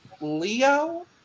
Leo